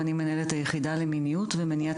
אני מנהלת את היחידה למיניות ומניעת